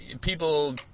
people